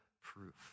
proof